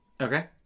Okay